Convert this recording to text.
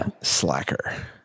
Slacker